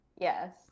Yes